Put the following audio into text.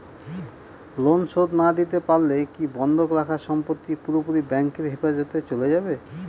Loan শোধ না দিতে পারলে কি বন্ধক রাখা সম্পত্তি পুরোপুরি ব্যাংকের হেফাজতে চলে যাবে?